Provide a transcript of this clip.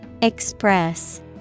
Express